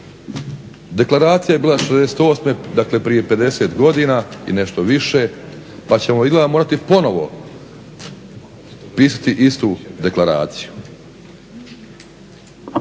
Deklaracija je bila 68, dakle prije 50 godina i nešto više, pa ćemo izgleda morati ponovo pisati istu deklaraciju.